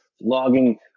logging